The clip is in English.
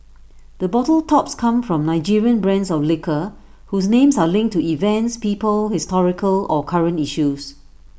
the bottle tops come from Nigerian brands of liquor whose names are linked to events people historical or current issues